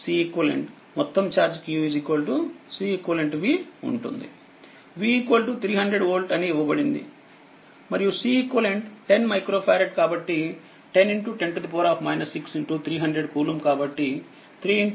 v 300 volt అని ఇవ్వబడింది మరియుCEQ10మైక్రో ఫారెడ్కాబట్టి 1010 6300 కూలుంబ్కాబట్టి3 10 3కూలుంబ్